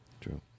True